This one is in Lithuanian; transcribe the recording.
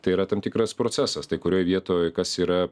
tai yra tam tikras procesas tai kurioj vietoj kas yra